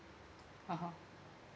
ah ha